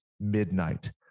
midnight